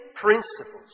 principles